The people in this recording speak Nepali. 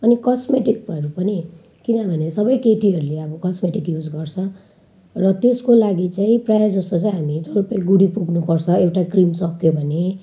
अनि कस्मेटिकहरू पनि किनभने सबै केटीहरूले अब कस्मेटिक युज गर्छ र त्यसको लागि चाहिँ प्राय जस्तो चाहिँ हामी जलपाइगुडी पुग्नुपर्छ एउटा क्रिम सक्यो भने